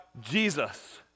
Jesus